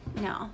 No